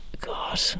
God